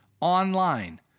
online